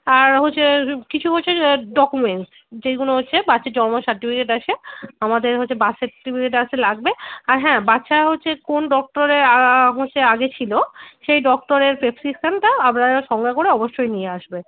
আর হচ্ছে কিছু হচ্ছে ডকুমেন্টস যেগুলো হচ্ছে বাচ্চার জন্ম সার্টিফিকেট আছে আমাদের হচ্ছে বার্থ সার্টিফিকেট একটা লাগবে আর হ্যাঁ বাচ্চা হচ্ছে কোন ডক্টরে হচ্ছে আগে ছিল সেই ডক্টরের প্রেসক্রিপশনটা আপনারা সঙ্গে করে অবশ্যই নিয়ে আসবে